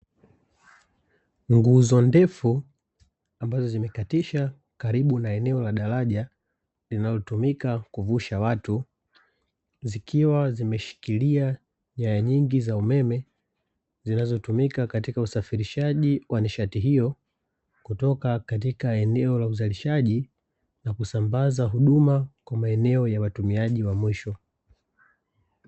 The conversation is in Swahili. Nguzo ndefu ambazo zimekatisha karibu na eneo la daraja linalotumika kuvusha watu, zikiwa zimeshikilia nyaya nyingi za umeme, zinazotumika katika usafirishaji wa nishati hiyo kutoka katika eneo la uzalishaji na kusambaza huduma kwa maeneo ya wutumiaji wa mwisho.